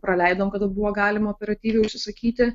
praleidom kad buvo galima operatyviai užsisakyti